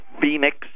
phoenix